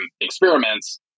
experiments